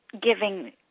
giving